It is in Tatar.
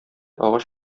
агач